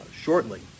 shortly